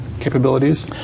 capabilities